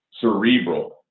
cerebral